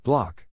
Block